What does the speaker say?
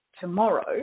tomorrow